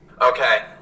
Okay